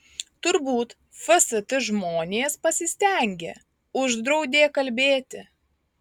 turbūt fst žmonės pasistengė uždraudė kalbėti